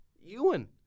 Ewan